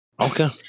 Okay